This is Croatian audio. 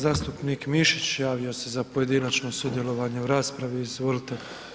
Zastupnik Mišić javio se za pojedinačno sudjelovanje u raspravi, izvolite.